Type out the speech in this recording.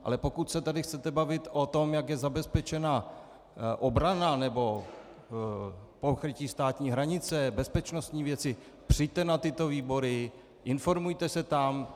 Ale pokud se tady budete bavit o tom, jak je zabezpečena obrana nebo pokrytí státní hranice, bezpečnostní věci, přijďte na tyto výbory a informujte se tam.